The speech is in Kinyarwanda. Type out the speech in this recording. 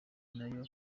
nayo